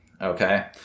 Okay